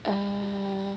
err